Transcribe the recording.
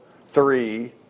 three